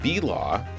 BLAW